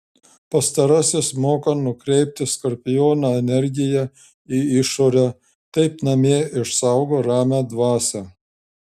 pastarasis moka nukreipti skorpiono energiją į išorę taip namie išsaugo ramią dvasią